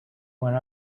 went